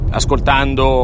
ascoltando